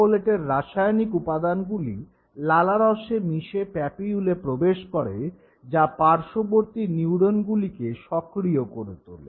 চকোলেটের রাসায়নিক উপাদানগুলি লালারসে মিলে প্যাপিউলে প্রবেশ করে যা পার্শ্ববর্তী নিউরোনগুলিকে সক্রিয় করে তোলে